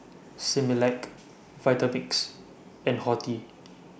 Similac Vitamix and Horti